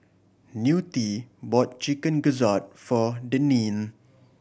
Newt bought Chicken Gizzard for Deneen